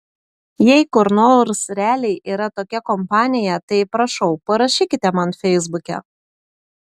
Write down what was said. jei kur nors realiai yra tokia kompanija tai prašau parašykite man feisbuke